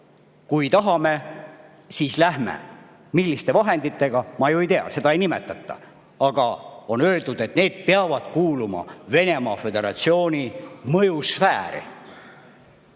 kui tahame, siis lähme. Milliste vahenditega? Ma ei tea, neid ei nimetata. Aga on öeldud, et need [alad] peavad kuuluma Venemaa Föderatsiooni mõjusfääri.